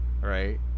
right